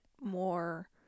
more